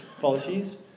policies